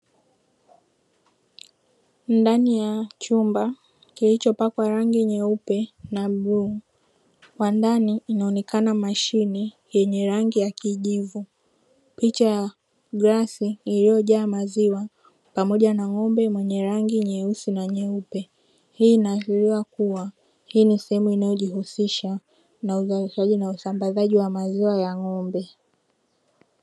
Ndani ya chumba kilichopakwa rangi nyeupe na bluu, kwa ndani inaonekena mashine yenye rangi ya kijivu, picha ya glasi iliyojaa maziwa pamoja na ng`ombe mwenye rangi nyeusi na nyeupe. Hii inaashiria kuwa hii ni sehemu inayojihusisha na uzalishaji na usambazaji wa maziwa ya ng`ombe.